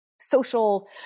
social